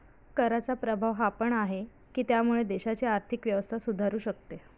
कराचा प्रभाव हा पण आहे, की त्यामुळे देशाची आर्थिक व्यवस्था सुधारू शकते